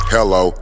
Hello